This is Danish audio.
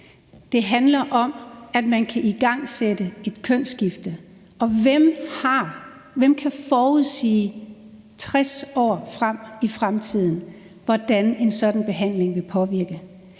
Det handler om, at man kan igangsætte et kønsskifte. Og hvem kan forudsige 60 år frem i tiden, hvilken påvirkning en sådan behandling vil få?